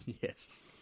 Yes